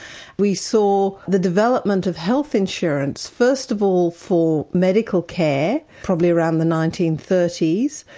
we saw the development of health insurance first of all for medical care, probably around the nineteen thirty s,